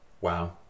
Wow